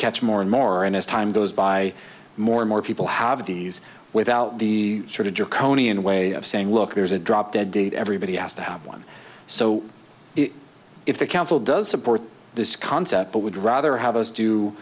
catch more and more and as time goes by more and more people have these without the sort of draconian way of saying look there's a drop dead date everybody has to have one so if the council does support this concept but would rather have us do